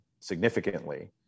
significantly